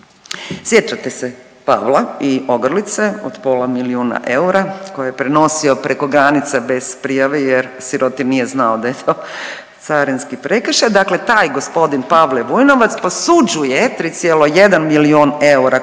Sjećate se Pavla i ogrlice od pola milijuna eura koju je prenosio preko granice bez prijave jer siroti nije znao da je to carinski prekršaj, dakle taj g. Pavle Vujnovac posuđuje 3,1 milijun eura